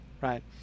right